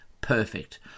Perfect